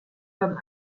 comme